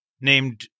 named